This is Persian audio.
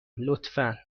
لطفا